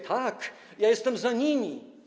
Tak, ja jestem za nimi.